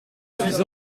suis